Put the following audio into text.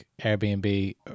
Airbnb